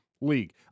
League